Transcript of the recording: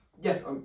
yes